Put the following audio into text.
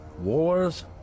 Wars